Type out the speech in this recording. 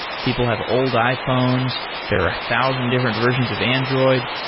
people have old iphones, there are a thousand different versions of android.